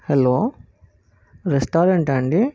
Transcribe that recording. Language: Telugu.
హలో రెస్టారెంటా అండి